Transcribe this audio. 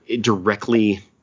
directly